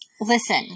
Listen